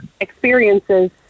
experiences